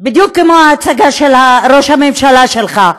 בדיוק כמו ההצגה של ראש הממשלה שלך.